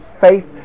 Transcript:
faith